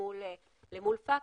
מול פקס.